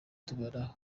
itumanaho